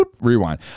Rewind